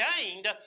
gained